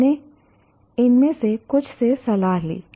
हमने इनमें से कुछ से सलाह ली